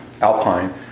Alpine